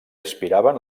aspiraven